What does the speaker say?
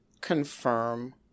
confirm